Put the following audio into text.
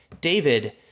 David